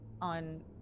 on